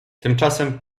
tymczasem